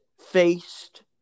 faced